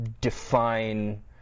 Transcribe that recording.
define